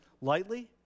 lightly